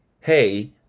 Hey